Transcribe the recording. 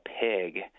pig